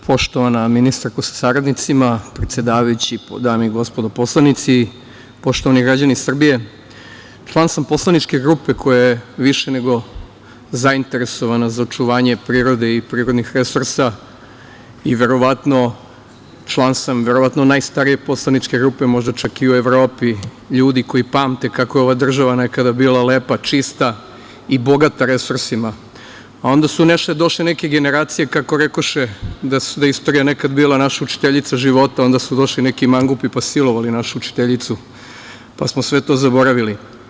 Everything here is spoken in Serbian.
Poštovana ministarko sa saradnicima, predsedavajući, dame i gospodo narodni poslanici, poštovani građani Srbije, član sam poslaničke grupe, koja je više nego zainteresovana za očuvanje prirode i prirodnih resursa, i verovatno sam član najstarije poslaničke grupe, možda čak i u Evropi, ljudi koji pamte kako je ova država nekada bila čista i lepa, i bogata resursima, a onda su došle neke generacije, kako rekoše da je istorija bila naša učiteljica života, onda su došli neki mangupi pa silovali našu učiteljicu, pa smo sve to zaboravili.